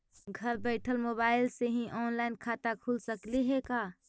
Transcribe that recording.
घर बैठल मोबाईल से ही औनलाइन खाता खुल सकले हे का?